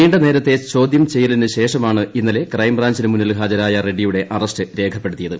നീണ്ടനേരത്തെ ചോദ്യം ചെയ്യലിനുശേഷമാണ് ഇന്നലെ ക്രൈംബ്രാഞ്ചിനു മുന്നിൽ ഹാജരായ റെഡ്ഡിയുടെ അറസ്റ്റ് രേഖപ്പെടുത്തിയത്